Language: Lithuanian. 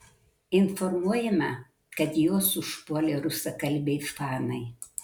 informuojama kad juos užpuolė rusakalbiai fanai